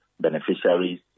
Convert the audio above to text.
beneficiaries